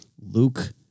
Luke